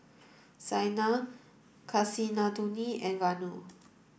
Saina Kasinadhuni and Vanu